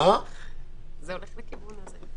זה הולך לכיוון הזה.